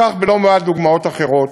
כך בלא מעט דוגמאות אחרות.